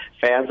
fans